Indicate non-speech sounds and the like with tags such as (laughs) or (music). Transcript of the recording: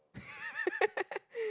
(laughs)